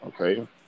Okay